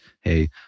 hey